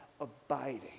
abiding